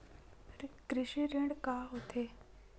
कृषि ऋण का होथे?